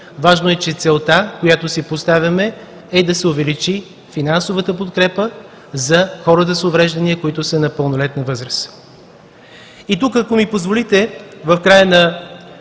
важно е, че целта, която си поставяме, е да се увеличи финансовата подкрепа за хората с увреждания, които са на пълнолетна възраст.